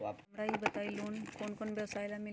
हमरा ई बताऊ लोन कौन कौन व्यवसाय ला मिली?